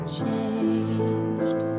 changed